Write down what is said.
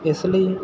ਇਸ ਲਈ